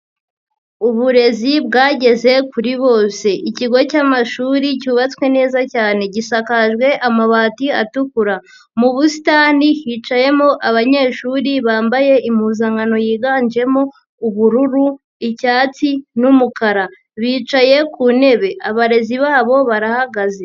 Uburezi bwageze kuri bose, ikigo cyamashuri cyubatswe neza cyane gisakajwe amabati atukura, mu busitani hicayemo abanyeshuri bambaye impuzankano yiganjemo ubururu, icyatsi n'umukara, bicaye ku ntebe, abarezi babo barahagaze.